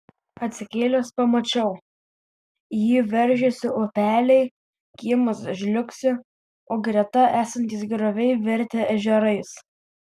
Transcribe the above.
atsikėlęs pamačiau į jį veržiasi upeliai kiemas žliugsi o greta esantys grioviai virtę ežerais